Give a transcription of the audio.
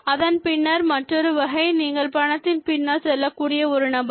அதன் பின்னர் மற்றொரு வகை நீங்கள் பணத்தின் பின்னால் செல்லக்கூடிய ஒரு நபரா